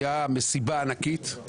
הייתה מסיבה ענקית,